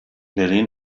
berlin